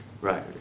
right